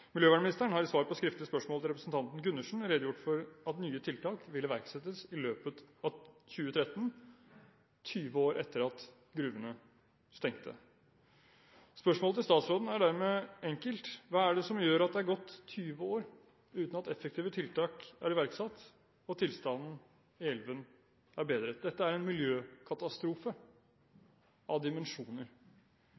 på skriftlig spørsmål til representanten Gundersen redegjort for at nye tiltak vil iverksettes i løpet av 2013, 20 år etter at gruvene stengte. Spørsmålet til statsråden er dermed enkelt: Hva er det som gjør at det er gått 20 år uten at effektive tiltak er iverksatt og tilstanden i elven er bedret? Dette er en miljøkatastrofe